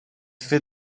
fait